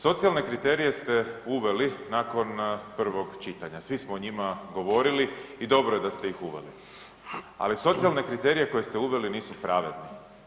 Socijalne kriterije ste uveli nakon prvog čitanja, svi smo o njima govorili i dobro je da ste ih uveli, ali socijalne kriterije koje ste uveli nisu pravedni.